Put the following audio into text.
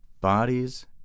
Bodies